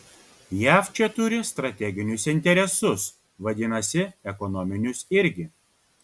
jav čia turi strateginius interesus vadinasi ekonominius irgi